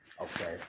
okay